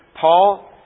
Paul